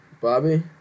Bobby